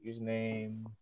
Username